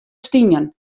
stien